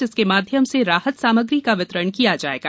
जिसके माध्यम से राहत सामग्री का वितरण किया जायेगा